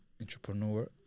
entrepreneur